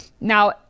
Now